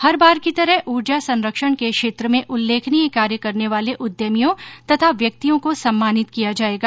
हर बार की तरह ऊर्जा संरक्षण के क्षेत्र में उल्लेखनीय कार्य करने वाले उद्यमियों तथा व्यक्तियों को सम्मानित किया जाएगा